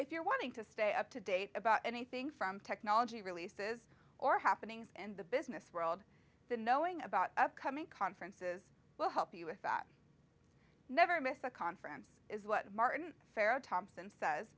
if you're wanting to stay up to date about anything from technology releases or happenings and the business world the knowing about upcoming conferences will help you with that never miss a conference is what martin farrow thompson s